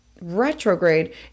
retrograde